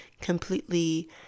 completely